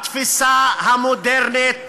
התפיסה המודרנית